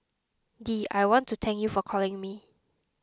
Dee I want to thank you for calling me